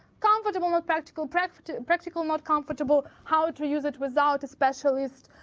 comfortable not practical, practical practical not comfortable, how to use it without a specialist.